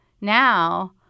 now